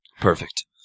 Perfect